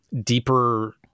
deeper